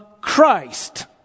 Christ